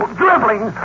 dribbling